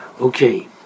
Okay